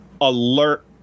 alert